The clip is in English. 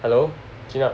hello Jun Hup